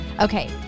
okay